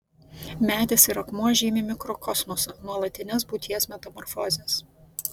medis ir akmuo žymi mikrokosmosą nuolatines būties metamorfozes